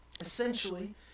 Essentially